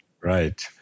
Right